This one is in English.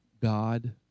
God